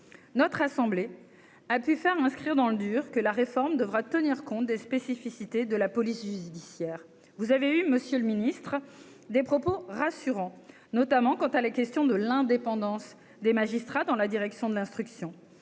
notre assemblée a pu faire inscrire dans le dur, que la réforme devra tenir compte des spécificités de la police judiciaire, vous avez eu Monsieur le Ministre des propos rassurants, notamment quant à la question de l'indépendance des magistrats dans la direction de l'instruction,